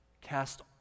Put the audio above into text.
Cast